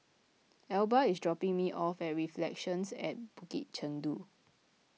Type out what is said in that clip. Elba is dropping me off very Relections at Bukit Chandu